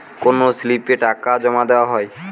কোন স্লিপে টাকা জমাদেওয়া হয়?